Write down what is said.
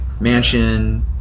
mansion